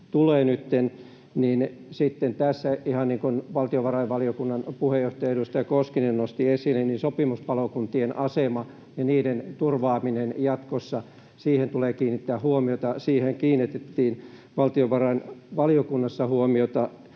tulee nytten, niin ihan niin kuin valtiovarainvaliokunnan puheenjohtaja, edustaja Koskinen nosti esille, sitten jatkossa sopimuspalokuntien asemaan ja niiden turvaamiseen tulee kiinnittää huomiota. Siihen kiinnitettiin valtionvarainvaliokunnassa huomiota.